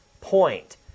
point